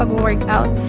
ah workout